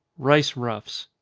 rice ruffs.